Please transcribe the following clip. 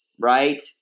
right